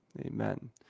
Amen